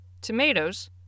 tomatoes